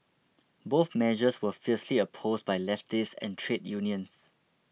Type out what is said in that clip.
both measures were fiercely opposed by leftists and trade unions